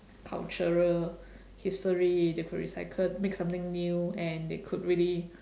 cultural history they could recycle make something new and they could really